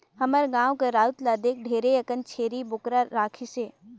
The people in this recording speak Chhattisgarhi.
हमर गाँव के राउत ल देख ढेरे अकन छेरी बोकरा राखिसे